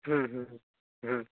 হুম হুম হুম